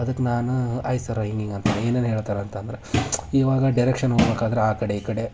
ಅದಕ್ಕೆ ನಾನು ಆಯ್ತು ಸರ ಹೀಗೀಗಂತ ಏನೇನು ಹೇಳ್ತರಂತಂದ್ರೆ ಇವಾಗ ಡೆರೆಕ್ಷನ್ ಹೋಗಬೇಕಾದ್ರೆ ಆ ಕಡೆ ಈ ಕಡೆ